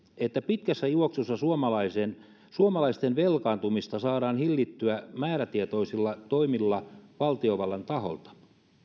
että pitkässä juoksussa suomalaisten suomalaisten velkaantumista saadaan hillittyä määrätietoisilla toimilla valtiovallan taholta